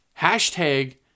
Hashtag